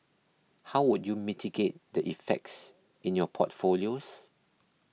how would you mitigate the effects in your portfolios